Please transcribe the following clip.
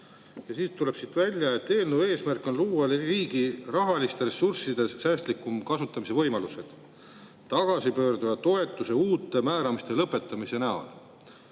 ja tuleb välja, et eelnõu eesmärk on luua riigi rahaliste ressursside säästlikuma kasutamise võimalused tagasipöörduja toetuse uute määramiste lõpetamise kaudu.